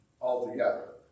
altogether